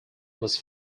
was